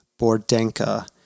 Bordenka